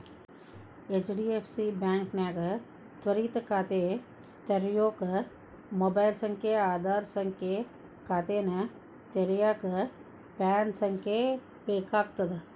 HDFC ಬಾಂಕ್ನ್ಯಾಗ ತ್ವರಿತ ಖಾತೆ ತೆರ್ಯೋಕ ಮೊಬೈಲ್ ಸಂಖ್ಯೆ ಆಧಾರ್ ಸಂಖ್ಯೆ ಖಾತೆನ ತೆರೆಯಕ ಪ್ಯಾನ್ ಸಂಖ್ಯೆ ಬೇಕಾಗ್ತದ